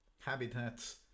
habitats